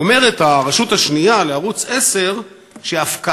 אומרת הרשות השנייה לערוץ 10 שהפקעת